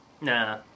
nah